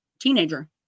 teenager